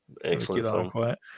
Excellent